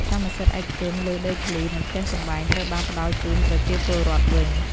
កម្មសិទ្ធិឯកជនលើដីធ្លី និងផ្ទះសម្បែងត្រូវបានផ្តល់ជូនប្រជាពលរដ្ឋវិញ។